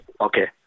Okay